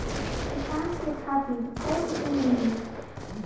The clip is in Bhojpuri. किसान के खातिर कौन ऋण मिली?